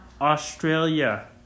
Australia